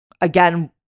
again